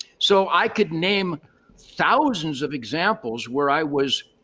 so i could name thousands of examples where i was,